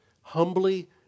Humbly